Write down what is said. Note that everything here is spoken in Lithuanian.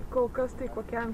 kol kas tai kokiam